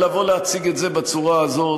לבוא להציג את זה בצורה הזאת,